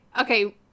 okay